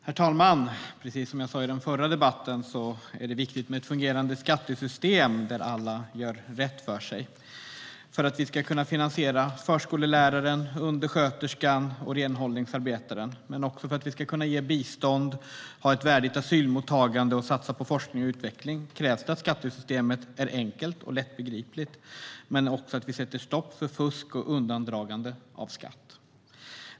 Herr talman! Som jag sa i den förra debatten är det viktigt med ett fungerande skattesystem där alla gör rätt för sig. För att vi ska kunna finansiera förskolläraren, undersköterskan och renhållningsarbetaren men också för att vi ska kunna ge bistånd, ha ett värdigt asylmottagande och satsa på forskning och utveckling krävs det att skattesystemet är enkelt och lättbegripligt men också att vi sätter stopp för fusk och undandragande av skatt.